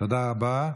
תודה רבה.